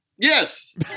Yes